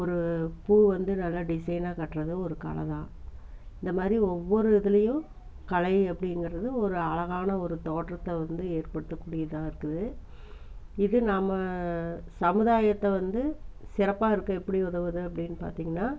ஒரு பூ வந்து நல்லா டிஸைனாக கட்டுறதும் ஒரு கலைதான் இந்த மாதிரி ஒவ்வொரு இதுலேயும் கலை அப்படிங்கிறது ஒரு அழகான ஒரு தோற்றத்தை வந்து ஏற்படுத்த கூடியதாக இருக்குது இது நம்ம சமுதாயத்தை வந்து சிறப்பாக இருக்க எப்படி உதவுது அப்படின்னு பார்த்தீங்கனா